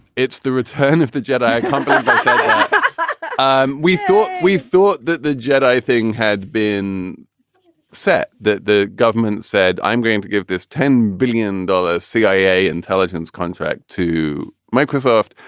it's the return of the jedi ah but um we thought we thought that the jedi thing had been set. the the government said, i'm going to give this ten billion dollar cia intelligence contract to microsoft.